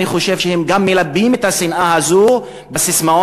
אני חושב שהם גם מלבים את השנאה הזאת בססמאות